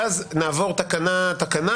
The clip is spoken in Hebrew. ואז נעבור תקנה תקנה,